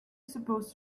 supposed